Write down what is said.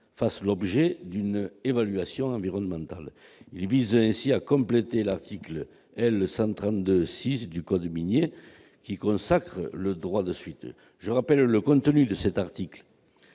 fasse l'objet d'une évaluation environnementale. Il vise ainsi à compléter l'article L. 132-6 du code minier, qui consacre le droit de suite et dont je rappelle